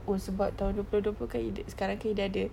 oh sebab tahun dua puluh dua puluh kan ad~ sekarang kita sudah ada